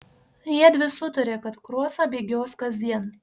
jiedvi sutarė kad krosą bėgios kasdien